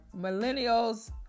millennials